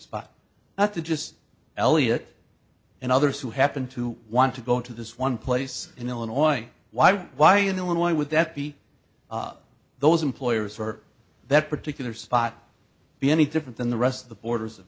spot not to just elliot and others who happen to want to go to this one place in illinois why why in illinois would that be those employers for that particular spot be any different than the rest of the borders of